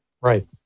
Right